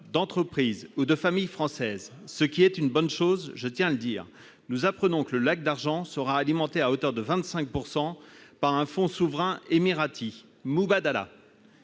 d'entreprises ou de familles françaises- c'est une bonne chose, je tiens à le dire -, nous apprenons que le fonds Lac d'argent sera alimenté à hauteur de 25 % par un fonds souverain émirati, Mubadala.